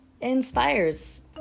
inspires